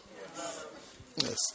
Yes